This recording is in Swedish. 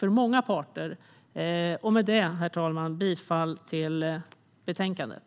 Därmed yrkar jag bifall till utskottets förslag i betänkandet.